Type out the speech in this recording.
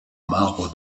marbre